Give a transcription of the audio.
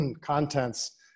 contents